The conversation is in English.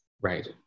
Right